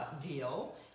Deal